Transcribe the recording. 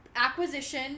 acquisition